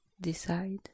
decide